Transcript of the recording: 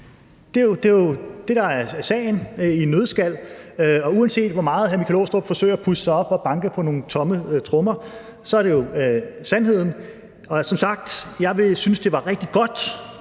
Det er jo det, der er sagen i en nøddeskal, og uanset hvor meget hr. Michael Aastrup Jensen forsøger at puste sig op og banke på nogle tomme trommer, så er det jo sandheden. Og som sagt: Jeg vil synes, det er rigtig godt